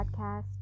Podcast